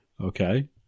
Okay